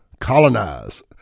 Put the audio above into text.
colonize